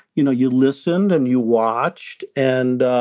you know you listened and you watched and